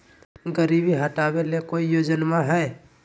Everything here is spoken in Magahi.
गरीबी हटबे ले कोई योजनामा हय?